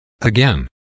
Again